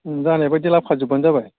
जानाय बादि लाबोखाजोबबानो जाबाय